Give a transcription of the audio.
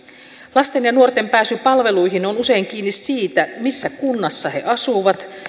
lasten ja nuorten pääsy palveluihin on usein kiinni siitä missä kunnassa he asuvat